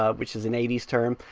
ah which is an eighty s term,